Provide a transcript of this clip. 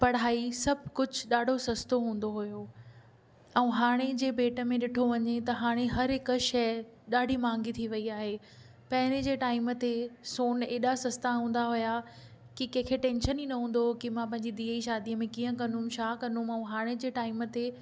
पढ़ाई सभु कुझु ॾाढो सस्तो हूंदो हुओ ऐं हाणे जे बेट में ॾिठो वञे त हाणे हर हिकु शइ ॾाढी महांगी थी वई आहे पहिरियों जे टाइम ते सोनु एॾा सस्ता हूंदा हुआ की कंहिंखे टेंशन ई न हूंदो हुओ की मां पंहिंजी धीउ जी शादी में कीअं कंदुमि छा कंदुमि ऐं हाणे जे टाइम ते